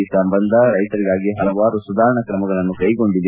ಈ ಸಂಬಂಧ ರೈತರಿಗಾಗಿ ಹಲವು ಸುಧಾರಣ ಕ್ರಮಗಳನ್ನು ಕೈಗೊಂಡಿದ್ದು